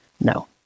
No